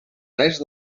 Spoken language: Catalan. res